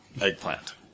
Eggplant